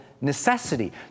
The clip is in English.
necessity